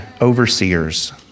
overseers